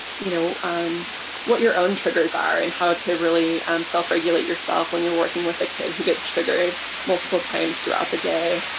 you know um what your own triggers are and how to really self-regulate yourself yourself when you're working with a kid who gets triggered multiple times throughout the day.